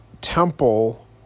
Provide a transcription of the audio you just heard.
temple